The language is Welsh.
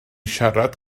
siarad